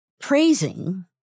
praising